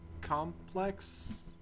complex